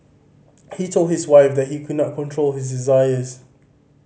he told his wife that he could not control his desires